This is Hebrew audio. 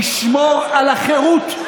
לשמור על החירות,